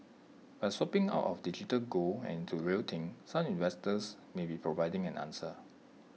by swapping out of digital gold and into real thing some investors may be providing an answer